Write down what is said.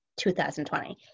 2020